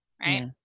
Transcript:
right